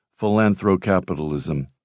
Philanthrocapitalism